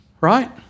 Right